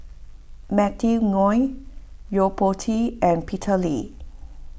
Matthew Ngui Yo Po Tee and Peter Lee